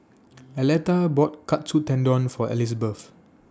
Aleta bought Katsu Tendon For Elizbeth